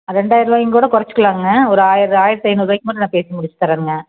ரெண்டாயிர ரூவாயும் கூட குறச்சிக்கலாங்க ஒரு ஆயிரம் ஆயிரத்தி ஐநூறுவாய்க்கு மட்டும் நான் பேசி முடிச்சித் தரேனுங்க